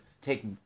take